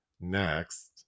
Next